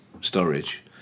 storage